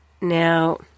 Now